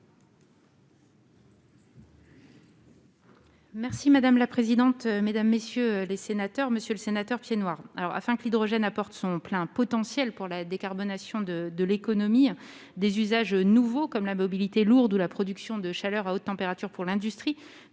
jaune ? La parole est à Mme la secrétaire d'État. Monsieur le sénateur Piednoir, afin que l'hydrogène apporte son plein potentiel pour la décarbonation de l'économie, des usages nouveaux, comme la mobilité lourde ou la production de chaleur à haute température pour l'industrie,